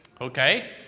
Okay